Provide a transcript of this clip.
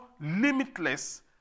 limitless